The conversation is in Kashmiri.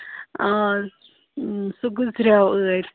آ سُہ گُزریو ٲدۍ